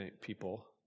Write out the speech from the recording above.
people